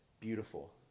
beautiful